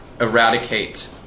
eradicate